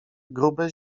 grube